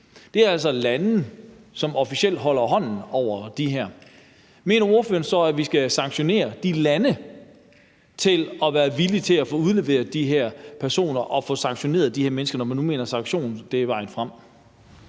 Det er altså lande, som officielt holder hånden over de her personer. Mener ordføreren så, at vi skal sanktionere de lande til at være villige til at udlevere de her personer og at få sanktioneret de her mennesker, når man nu mener, at sanktioner er vejen frem?